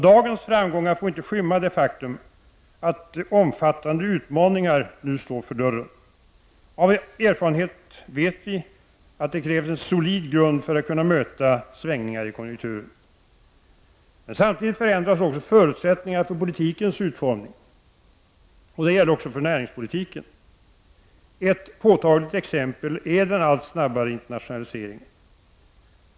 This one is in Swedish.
Dagens framgångar får inte skymma det faktum att omfattande utmaningar nu står för dörren. Av erfarenhet vet vi att det krävs en solid grund för att kunna möta svängningar i konjunkturen. Samtidigt förändras också förutsättningarna för politikens utformning, och det gäller även för näringspolitiken. Ett påtagligt exempel är den allt snabbare internationaliseringen.